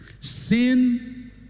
Sin